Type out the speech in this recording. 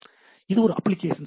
இது ஒரு application stack